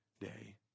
day